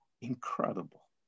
incredible